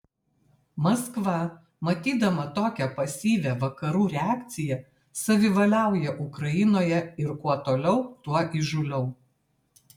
maskva matydama tokią pasyvią vakarų reakciją savivaliauja ukrainoje ir kuo toliau tuo įžūliau